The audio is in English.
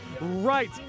right